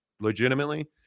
legitimately